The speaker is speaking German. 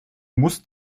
musst